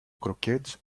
croquettes